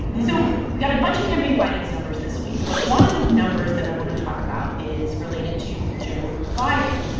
so um we've got a bunch of campaign finance numbers this week, but one of the numbers that i want to talk about is related to joe biden,